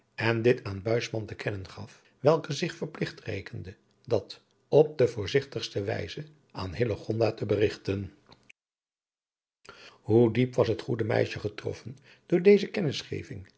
en dit aan buisman te kennen gaf welke zich verpligt rekende dat op de voorzigtigste wijze aan hillegonda te berigten hoe diep was het goede meisje getroffen door deze